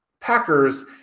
Packers